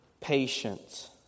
Patience